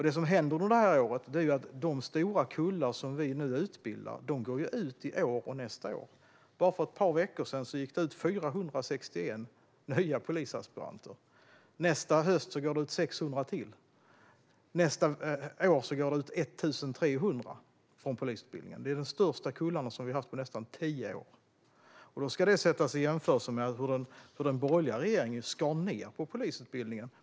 Det som händer under detta år och nästa är att de stora kullar som vi nu utbildar går ut. För bara ett par veckor sedan gick 461 nya polisaspiranter ut. Nästa höst går 600 till ut. Nästa år går 1 300 ut från polisutbildningen. Det är de största kullar som vi har haft på nästan tio år. Detta ska sättas i jämförelse med hur den borgerliga regeringen skar ned på polisutbildningen.